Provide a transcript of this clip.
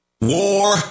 War